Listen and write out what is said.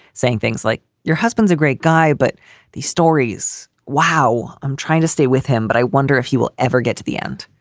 saying things like your husband's a great guy, but these stories. wow, i'm trying to stay with him, but i wonder if he will ever get to the end.